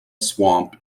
swamp